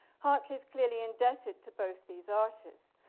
hartley's clearly indebted to both these artists,